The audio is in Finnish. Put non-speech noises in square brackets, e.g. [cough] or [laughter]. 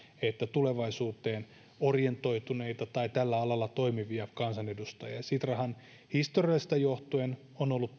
tulevaisuuteen orientoituneita tai tällä alalla toimivia kansanedustajia sitrahan historiasta johtuen on ollut [unintelligible]